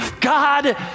God